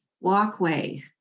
walkway